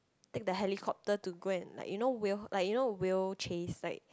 take the helicopter to go and like you know whale like you know whale chase like